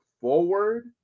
forward